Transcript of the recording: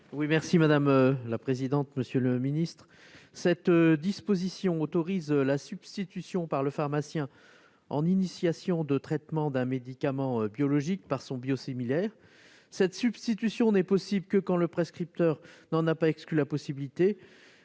: La parole est à M. Olivier Henno. Cette disposition autorise la substitution par le pharmacien en initiation de traitement d'un médicament biologique par son biosimilaire. Cette substitution n'est possible que lorsque le prescripteur n'en a pas exclu la possibilité,